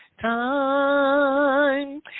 time